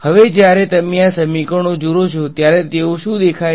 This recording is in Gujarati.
હવે જ્યારે તમે આ સમીકરણો જુઓ છો ત્યારે તેઓ શું દેખાય છે